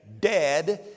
Dead